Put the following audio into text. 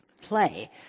play